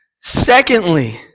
Secondly